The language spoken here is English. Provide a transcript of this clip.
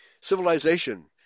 Civilization